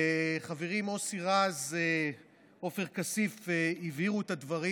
חבריי מוסי רז ועופר כסיף הבהירו את הדברים,